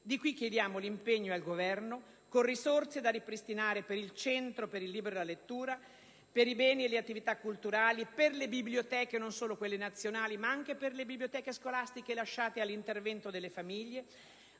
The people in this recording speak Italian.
questo, chiediamo l'impegno al Governo a ripristinare risorse per il Centro per il libro e la lettura, per i beni e le attività culturali, per le biblioteche, non solo quelle nazionali ma anche quelle scolastiche, lasciate all'intervento delle famiglie